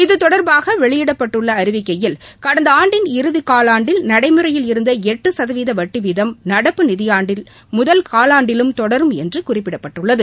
இதுதொடர்பாக வெளியிடப்பட்டுள்ள அறிவிக்கையில் கடந்த ஆண்டின் இறுதி காலாண்டில் நடைமுறையில் இருந்த எட்டு சதவீத வட்டிவீதம் நடப்பு நிதியாண்டில் முதல் காலாண்டிலும் தொடரும் என்று குறிப்பிடப்பட்டுள்ளது